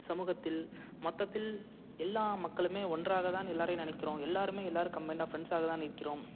சமூகத்தில் மொத்தத்தில் எல்லா மக்களுமே ஒன்றாகதான் எல்லாரையும் நினைக்கிறோம் எல்லாருமே எல்லாரும் கம்பைனாக ஃப்ரெண்ட்ஸ்ஸாகதான் இருக்கிறோம்